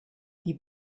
die